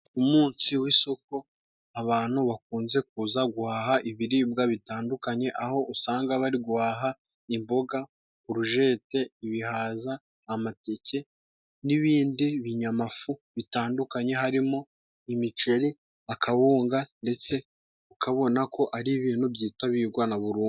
Ku munsi w'isoko abantu bakunze kuza guhaha ibiribwa bitandukanye, aho usanga bari guhaha imboga ,kurujete, ibihaza, amateke n'ibindi binyamafu bitandukanye harimo: imiceri ,akawunga ndetse ukabonako ari ibintu byitabirwa na buri umwe.